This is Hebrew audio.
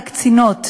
והקצינות,